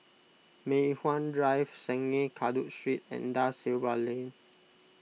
Mei Hwan Drive Sungei Kadut Street and Da Silva Lane